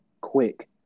quick